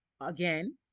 again